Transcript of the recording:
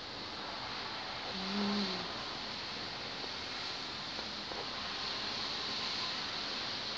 mm